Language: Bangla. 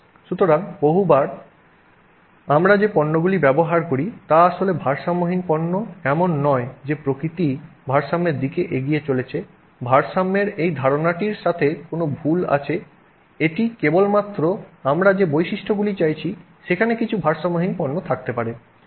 সুতরাং বহুবার আমরা যে পণ্যগুলি ব্যবহার করি তা আসলে ভারসাম্যহীন পণ্য এমন নয় যে প্রকৃতি ভারসাম্যের দিকে এগিয়ে চলেছে ভারসাম্যের এই ধারণাটির সাথে কোনও ভুল আছে যা এটি কেবলমাত্র আমরা যে বৈশিষ্ট্যগুলি চাইছি সেখানে কিছু ভারসাম্যহীন পণ্য থাকতে পারে